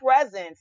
presence